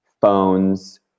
phones